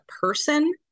person